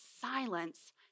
silence